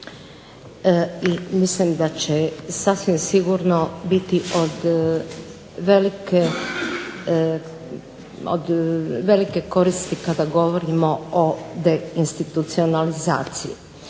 i mislim da će sasvim sigurno biti od velike koristi kada govorimo o deinstitucionalizaciji.